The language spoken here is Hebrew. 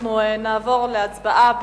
אנחנו נעבור להצבעה.